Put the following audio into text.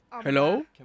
Hello